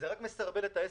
זה רק מסרבל את העסק.